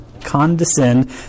condescend